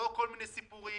לא כל מיני סיפורים,